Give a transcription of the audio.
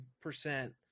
percent